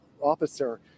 officer